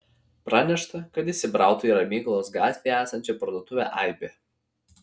pranešta kad įsibrauta į ramygalos gatvėje esančią parduotuvę aibė